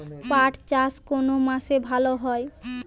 পাট চাষ কোন মাসে ভালো হয়?